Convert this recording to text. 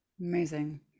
Amazing